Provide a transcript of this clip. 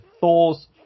Thor's